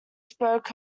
spoke